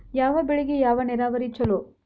ಯಾವ ಬೆಳಿಗೆ ಯಾವ ನೇರಾವರಿ ಛಲೋ?